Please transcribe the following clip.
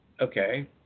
Okay